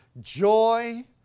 Joy